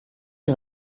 une